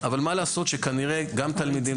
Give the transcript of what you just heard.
אבל מה לעשות שכנראה גם תלמידים,